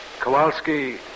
Kowalski